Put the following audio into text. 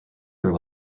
their